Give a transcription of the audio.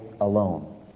alone